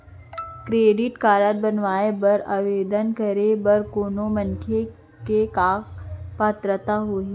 Credit card बनवाए बर आवेदन करे बर कोनो मनखे के का पात्रता होही?